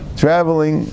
traveling